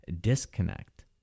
disconnect